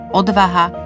odvaha